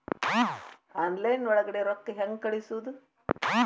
Online ಒಳಗಡೆ ರೊಕ್ಕ ಹೆಂಗ್ ಕಳುಹಿಸುವುದು?